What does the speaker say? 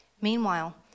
Meanwhile